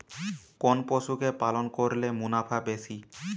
কোন পশু কে পালন করলে মুনাফা বেশি?